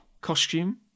costume